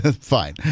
Fine